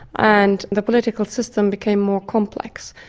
and the political system became more complex.